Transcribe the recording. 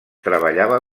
treballava